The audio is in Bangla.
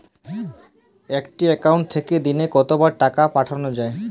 একটি একাউন্ট থেকে দিনে কতবার টাকা পাঠানো য়ায়?